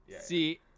See